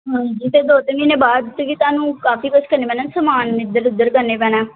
ਹਾਂਜੀ ਅਤੇ ਦੋ ਤਿੰਨ ਮਹੀਨੇ ਬਾਅਦ ਕਿਉਂਕਿ ਤੁਹਾਨੂੰ ਕਾਫੀ ਕੁਛ ਕਰਨਾ ਪੈਣਾ ਸਮਾਨ ਇੱਧਰ ਉੱਧਰ ਕਰਨਾ ਪੈਣਾ